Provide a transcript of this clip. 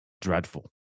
dreadful